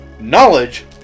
Knowledge